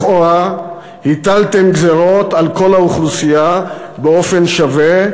לכאורה הטלתם גזירות על כל האוכלוסייה באופן שווה,